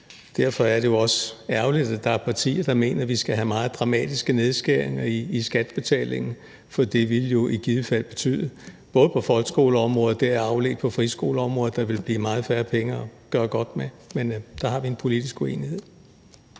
derfor er det jo også ærgerligt, at der er partier, der mener, at vi skal have meget dramatiske nedskæringer i skattebetalingen; for det ville jo i givet fald betyde – både på folkeskoleområdet og deraf afledt på friskoleområdet – at der ville blive meget færre penge at gøre godt med. Men der har vi en politisk uenighed.